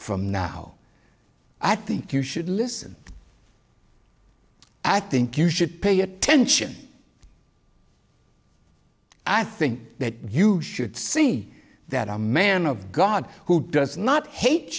from now i think you should listen i think you should pay attention i think that you should see that a man of god who does not hate